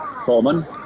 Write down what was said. Coleman